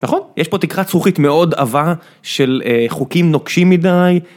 נכון? יש פה תקרת זכוכית מאוד עבה של חוקים נוקשים מדי.